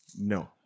No